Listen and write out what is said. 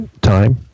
time